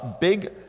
big